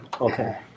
Okay